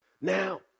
Now